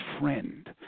friend